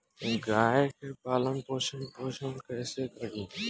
गाय के पालन पोषण पोषण कैसे करी?